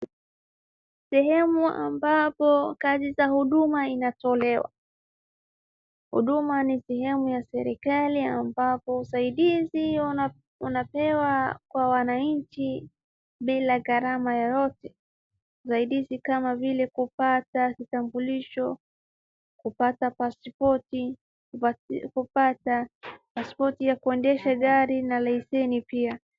sehemu ambapo kazi za huduma inatolewa. Huduma ni sehemu ya serikali ambapo usaidizi inapewa kwa wananchi bila gharama yoyote usadizi kama vile kupata kitambulisho, kupata paspoti, kupata paspoti ya kuendesha gari na leseni pia.